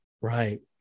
Right